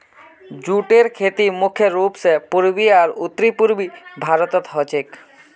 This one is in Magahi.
जूटेर खेती मुख्य रूप स पूर्वी आर उत्तर पूर्वी भारतत ह छेक